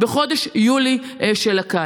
בחודש יולי של הקיץ.